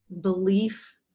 belief